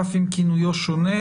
אף אם כינויו שונה.